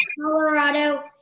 Colorado